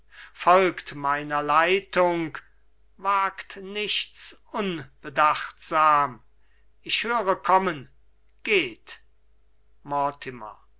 folgt meiner leitung wagt nichts unbedachtsam ich höre kommen geht